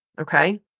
okay